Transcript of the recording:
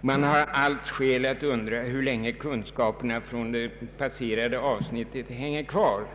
Man har skäl att undra hur länge kunskaperna från det passerade avsnittet hänger kvar.